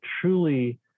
truly